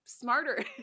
smarter